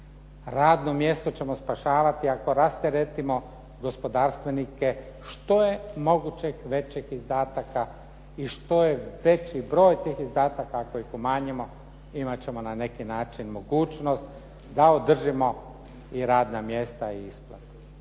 Radno mjesto ćemo spašavati ako rasteretimo gospodarstvenike što je moguće većih izdataka i što je veći broj tih izdataka ako ih umanjimo imat ćemo na neki način mogućnost da održimo i radna mjesta i isplatu.